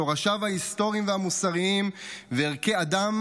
שורשיו ההיסטוריים והמוסריים וערכי אדם